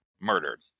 murdered